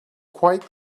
quite